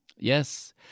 Yes